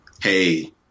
hey